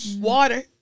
Water